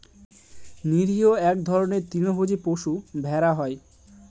নিরীহ এক ধরনের তৃণভোজী পশু ভেড়া হয়